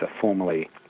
formally